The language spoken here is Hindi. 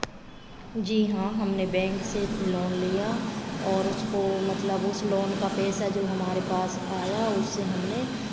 जी हाँ हमने बैंक से लोन लिया और उसको मतलब उस लोन का पैसा जो हमारे पास आया उससे हमने